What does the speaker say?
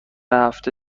هفته